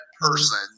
person